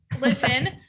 listen